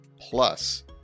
plus